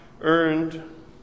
earned